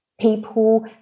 people